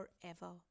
forever